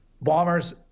Bombers